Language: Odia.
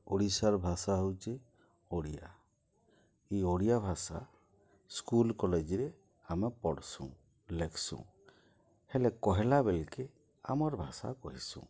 ଓଡ଼ିଶାର୍ ଭାଷା ହଉଚେ ଓଡ଼ିଆ ଇ ଓଡ଼ିଆ ଭାଷା ସ୍କୁଲ୍ କଲେଜ୍ରେ ଆମେ ପଢ଼୍ସୁଁ ଲେଖ୍ସୁଁ ହେଲେ କହେଲା ବେଲ୍କେ ଆମର୍ ଭାଷା କହେସୁଁ